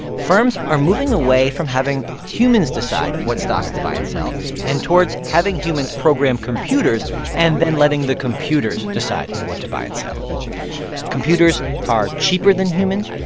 firms are moving away from having humans decide what stocks to buy and sell and towards having humans program computers and then letting the computers decide what to buy and sell computers are cheaper than humans.